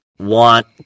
want